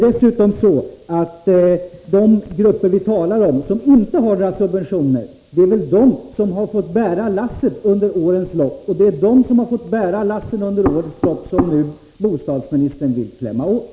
Dessutom är det väl de grupper som vi talar om, de som inte har några subventioner, som har fått bära lasset under årens lopp — och det är dessa människor som bostadsministern nu vill klämma åt.